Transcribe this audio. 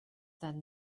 than